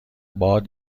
باد